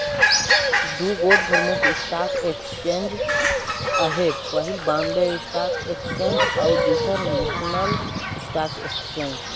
दुगोट परमुख stock exchange अहे पहिल बॉम्बे स्टाक एक्सचेंज अउ दूसर नेसनल स्टॉक एक्सचेंज